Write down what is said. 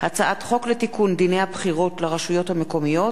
הצעת חוק לתיקון דיני הבחירות לרשויות המקומיות